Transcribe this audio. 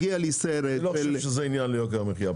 הגיע לי סרט- -- לא חושב שזה ענין ליוקר המחיה.